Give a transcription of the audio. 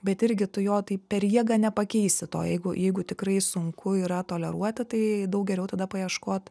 bet irgi tu jo taip per jėgą nepakeisi to jeigu jeigu tikrai sunku yra toleruoti tai daug geriau tada paieškot